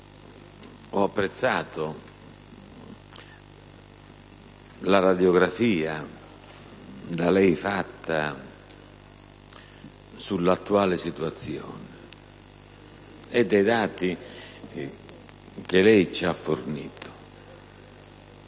ho apprezzato la radiografia da lei fatta dell'attuale situazione e i dati che ci ha fornito.